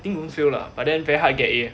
I think won't fail lah but then very hard get A